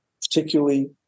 particularly